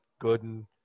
Gooden